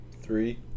three